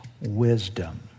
wisdom